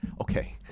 Okay